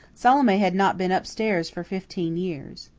salome had not been up-stairs for fifteen years.